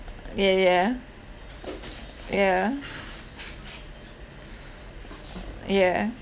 yeah yeah yeah yeah